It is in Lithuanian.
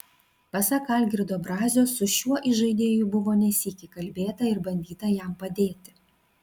pasak algirdo brazio su šiuo įžaidėju buvo ne sykį kalbėta ir bandyta jam padėti